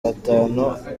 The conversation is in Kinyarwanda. batanu